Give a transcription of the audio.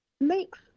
makes